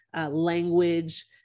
language